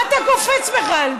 מה אתה קופץ בכלל?